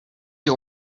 you